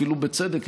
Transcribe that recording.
אפילו בצדק,